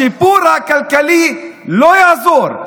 השיפור הכלכלי לא יעזור.